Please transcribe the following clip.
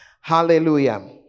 Hallelujah